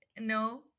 No